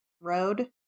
road